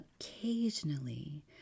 occasionally